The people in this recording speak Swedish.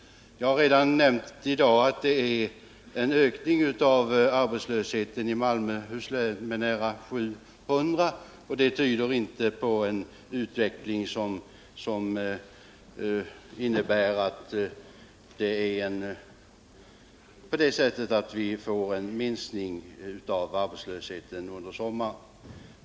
Jag har redan i dag nämnt att det förekommit en ökning av arbetslösheten i Malmöhus län med nära 700. Det tyder inte precis på att vi skulle få någon minskning av arbetslösheten under sommaren.